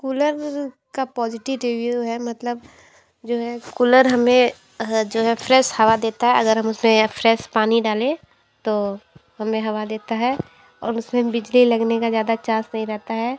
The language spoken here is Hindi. कूलर का पॉजिटिव रिव्यू है मतलब जो है कूलर हमें जो है फ्रेश हवा देता है अगर हम उसमें फ्रेश पानी डालें तो हमें हवा देता है और उसमे बिजली लगने का ज़्यादा चांस नहीं रहता है